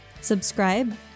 Subscribe